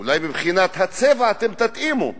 אולי מבחינת הצבע אתם תתאימו,